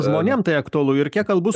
žmonėm tai aktualu ir kiek kalbu